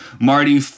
Marty